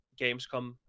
gamescom